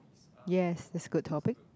yes this good topic